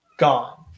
gone